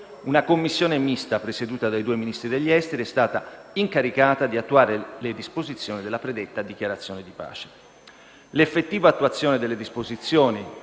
Una Commissione mista, presieduta dai due Ministri degli esteri, è stata incaricata di attuare le disposizioni della predetta dichiarazione di pace.